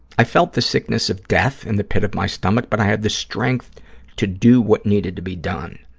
i felt the sickness of death in the pit of my stomach, but i had the strength to do what needed to be done.